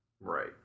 right